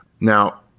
Now